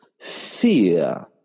fear